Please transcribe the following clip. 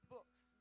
Books